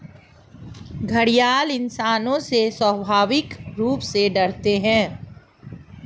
घड़ियाल इंसानों से स्वाभाविक रूप से डरते है